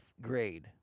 grade